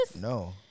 no